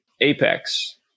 apex